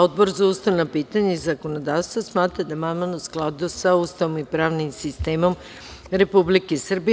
Odbor za ustavna pitanja i zakonodavstvo smatra da je amandman u skladu sa Ustavom i pravnim sistemom Republike Srbije.